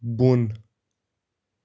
بۄن